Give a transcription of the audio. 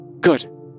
Good